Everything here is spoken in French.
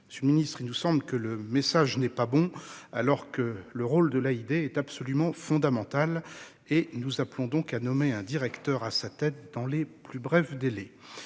de six mois. À nos yeux, le message envoyé n'est pas bon, alors que le rôle de l'AID est absolument fondamental. Nous appelons donc à nommer un directeur à sa tête dans les plus brefs délais.